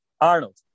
Arnold